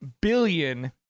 billion